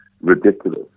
ridiculous